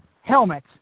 helmet